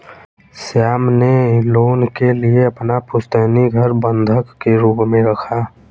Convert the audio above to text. श्याम ने लोन के लिए अपना पुश्तैनी घर बंधक के रूप में रखा